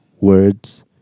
words